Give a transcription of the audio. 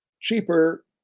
cheaper